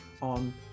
on